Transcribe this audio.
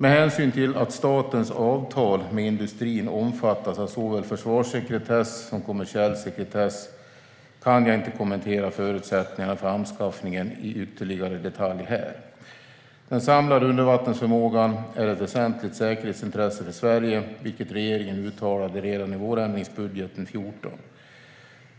Med hänsyn till att statens avtal med industrin omfattas av såväl försvarssekretess som kommersiell sekretess kan jag inte kommentera förutsättningarna för anskaffningen i ytterligare detalj här. Den samlade undervattensförmågan är ett väsentligt säkerhetsintresse för Sverige, vilket den tidigare regeringen uttalade redan i vårändringsbudgeten 2014.